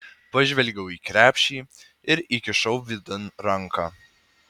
pažvelgiau į krepšį ir įkišau vidun ranką